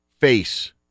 face